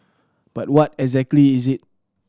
but what exactly is it